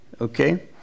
okay